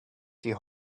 die